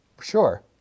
Sure